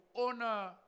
honor